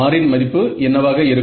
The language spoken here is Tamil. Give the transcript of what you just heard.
R இன் மதிப்பு என்னவாக இருக்கும்